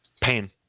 Pain